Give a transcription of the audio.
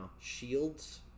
shields